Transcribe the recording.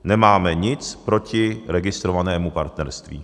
Nemáme nic proti registrovanému partnerství.